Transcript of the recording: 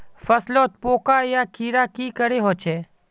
फसलोत पोका या कीड़ा की करे होचे?